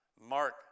Mark